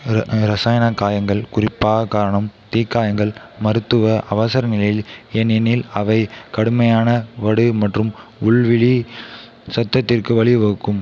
இரசாயன காயங்கள் குறிப்பாக காரம் தீக்காயங்கள் மருத்துவ அவசரநிலையில் ஏனெனில் அவை கடுமையான வடு மற்றும் உள்விழி சத்தத்திற்கு வழிவகுக்கும்